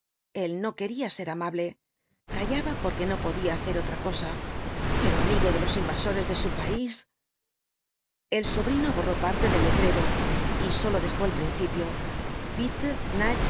el no quería ser amable callaba porque no podía hacer otra cosa pero amigo de los invasores de su país el sobrino borró parte del letrero y sólo dejó el principio bitte nicht